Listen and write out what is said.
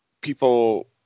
people